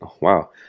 wow